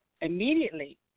immediately